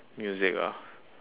music ah